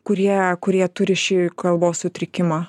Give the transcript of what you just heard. kurie kurie turi šį kalbos sutrikimą